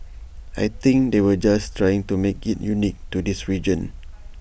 I think they were just trying to make IT unique to this region